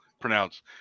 pronounced